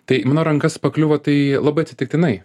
tai į mano rankas pakliuvo tai labai atsitiktinai